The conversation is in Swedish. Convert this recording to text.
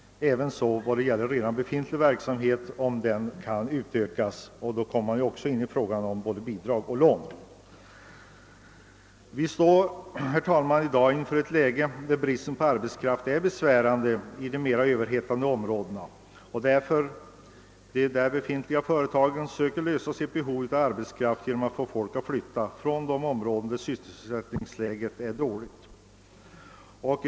Detta gäller också befintlig verksamhet, om denna kan utökas. Därmed kommer man också in på frågan om både bidrag och lån. Vi står i dag, herr talman, i ett läge där bristen på arbetskraft är besvärande i de mera överhettade områdena. De där befintliga företagen söker därför lösa sitt behov av arbetskraft genom att få folk att flytta från de områden där sysselsättningsläget är dåligt.